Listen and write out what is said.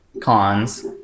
cons